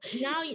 now